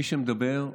מי שמדבר,